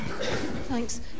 Thanks